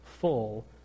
full